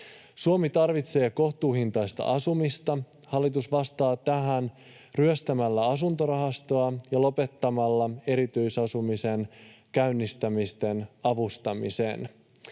Suomi tarvitsee kohtuuhintaista asumista, hallitus vastaa tähän ryöstämällä asuntorahastoa ja lopettamalla erityisasumisen käynnistämisten avustamisen.